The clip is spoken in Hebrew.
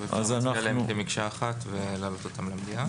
אפשר להצביע עליהן כמקשה אחת ולהעלות אותן למליאה.